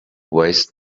waste